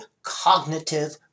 cognitive